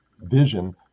vision